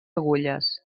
agulles